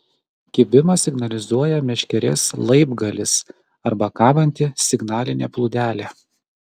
kibimą signalizuoja meškerės laibgalis arba kabanti signalinė plūdelė